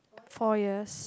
four years